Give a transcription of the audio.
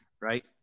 right